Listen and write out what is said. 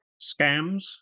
Scams